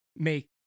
make